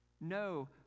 No